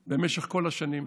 תפרט.